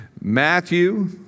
Matthew